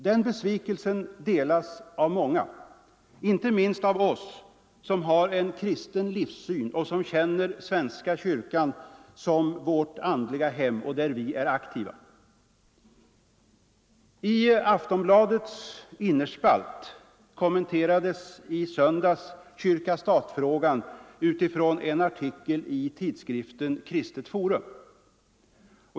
Den besvikelsen delas av många, inte minst av oss som har en kristen livssyn och som känner svenska kyrkan som vårt ”andliga hem” och är aktiva där. I Aftonbladets Innerspalt kommenterades i söndags kyrka-stat-frågan utifrån en artikel i tidskriften Kristet forum.